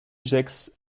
gex